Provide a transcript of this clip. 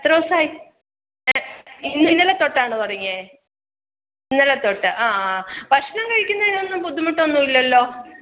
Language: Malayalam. എത്ര ദിവസമായി ഇന്നലെ തൊട്ടാണോ തുടങ്ങിയത് ഇന്നലെ തൊട്ട് ആ ഭക്ഷണം കഴിക്കുന്നതിനൊന്നും ബുദ്ധിമുട്ടൊന്നും ഇല്ലല്ലോ